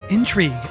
Intrigue